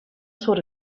sort